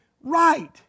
right